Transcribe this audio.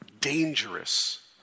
dangerous